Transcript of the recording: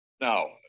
Now